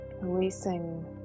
releasing